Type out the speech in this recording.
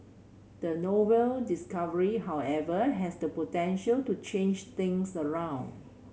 the novel discovery however has the potential to change things around